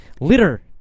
Litter